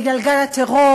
בגלל גל הטרור,